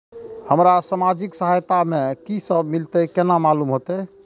हमरा सामाजिक सहायता में की सब मिलते केना मालूम होते?